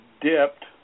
dipped